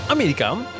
Amerikaan